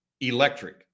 electric